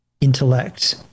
intellect